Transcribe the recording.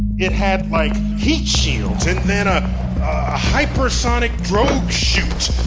it had, like, heat shields and a hypersonic drogue chute.